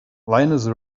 lioness